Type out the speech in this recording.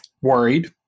worried